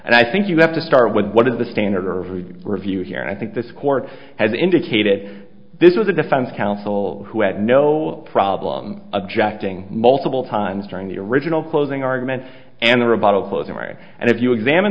and i think you have to start with what is the standard of review here and i think this court has indicated this was a defense counsel who had no problem objecting multiple times during the original closing argument and the rebuttal closing mary and if you examine